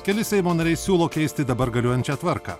keli seimo nariai siūlo keisti dabar galiojančią tvarką